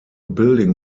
building